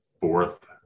fourth